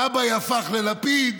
גבאי הפך ללפיד,